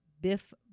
Biff